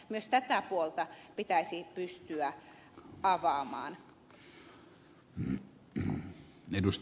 myös tätä puolta pitäisi pystyä avaamaan